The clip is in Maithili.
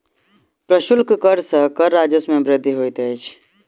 प्रशुल्क कर सॅ कर राजस्व मे वृद्धि होइत अछि